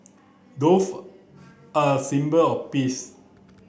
dove are a symbol of peace